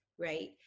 right